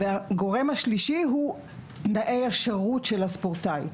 הגורם השלישי הוא תנאי השירות של הספורטאי.